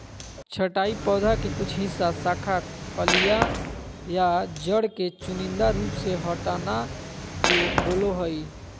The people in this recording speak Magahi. छंटाई पौधा के कुछ हिस्सा, शाखा, कलियां या जड़ के चुनिंदा रूप से हटाना के बोलो हइ